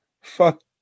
fuck